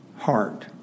heart